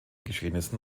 geschehnissen